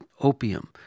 opium